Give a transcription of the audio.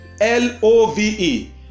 L-O-V-E